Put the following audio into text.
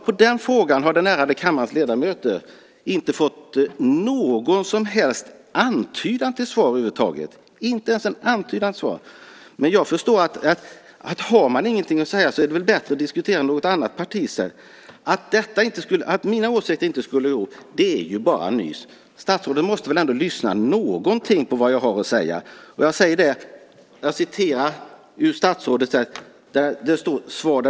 På den frågan har den ärade kammarens ledamöter inte fått något svar över huvud taget - inte ens en antydan till svar! Men jag förstår att om man inte har något att säga så är det bättre att diskutera något annat partis åsikter. Det är bara nys att mina åsikter inte skulle gå ihop. Statsrådet måste väl ändå lyssna något på vad jag har att säga! Jag citerar ur statsrådets svar.